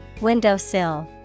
Windowsill